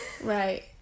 right